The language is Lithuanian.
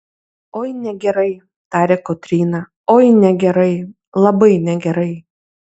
oi negerai tarė kotryna oi negerai labai negerai